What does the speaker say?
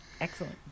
Excellent